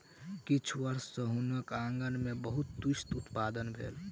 किछ वर्ष सॅ हुनकर आँगन में बहुत तूईत उत्पादन भेल